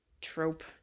trope